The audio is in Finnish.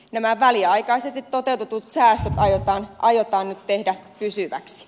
nämä väliaikaisesti toteutetut säästöt aiotaan nyt tehdä pysyviksi